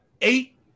eight